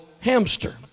hamster